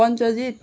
Panchajit